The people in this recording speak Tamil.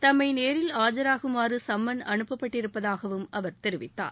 தம்மை நேரில் ஆஜராகுமாறு சம்மன் அனுப்பப்பட்டிருப்பதாகவும் அவர் தெரிவித்தார்